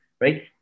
right